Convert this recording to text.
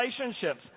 relationships